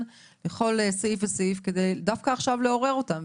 לכל סעיף וסעיף כדי דווקא עכשיו לעורר אותן,